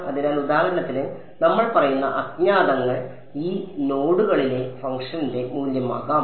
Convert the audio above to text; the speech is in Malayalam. അതിനാൽ ഉദാഹരണത്തിന് നമ്മൾ പറയുന്ന അജ്ഞാതങ്ങൾ ഈ നോഡുകളിലെ ഫംഗ്ഷന്റെ മൂല്യമാകാം